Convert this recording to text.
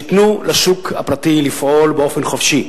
שייתנו לשוק הפרטי לפעול באופן חופשי,